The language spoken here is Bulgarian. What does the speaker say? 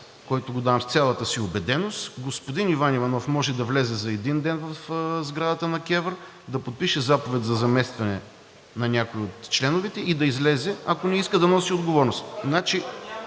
който го давам с цялата си убеденост – господин Иван Иванов може да влезе за един ден в сградата на КЕВР, да подпише заповед за местене на някой от членовете и да излезе, ако не иска да носи отговорност.